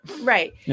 Right